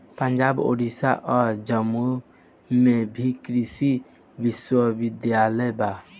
पंजाब, ओडिसा आ जम्मू में भी कृषि विश्वविद्यालय बा